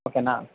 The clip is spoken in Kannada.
ಓಕೆನಾ